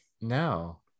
no